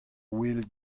ouel